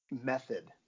method